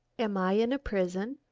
am i in a prison?